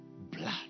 Blood